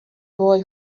boy